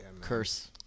curse